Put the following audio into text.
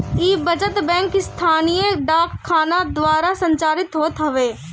इ बचत बैंक स्थानीय डाक खाना द्वारा संचालित होत हवे